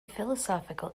philosophical